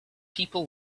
people